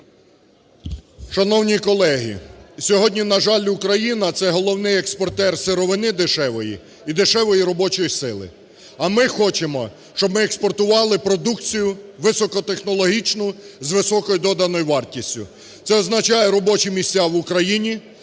Шановні колеги! Сьогодні, на жаль, Україна – це головний експортер сировини дешевої і дешевої робочої сили. А ми хочемо, щоб ми експортували продукцію високотехнологічну з високою доданою вартістю. Це означає робочі місця в Україні,